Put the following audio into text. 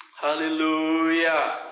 Hallelujah